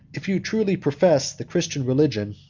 if you truly profess the christian religion,